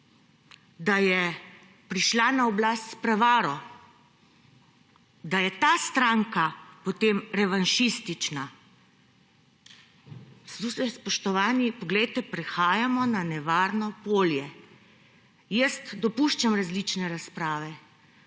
da je prišla na oblast s prevaro, da je ta stranka potem revanšistična, spoštovani, prehajamo na nevarno polje. Jaz dopuščam različne razprave,